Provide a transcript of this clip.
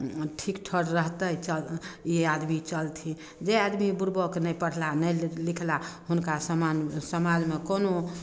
ठीक ठौर रहतै चल ई आदमी चलथिन जे आदमी बुड़बक नहि पढ़ला नहि लिखला हुनका समान समाज मऽ कुनो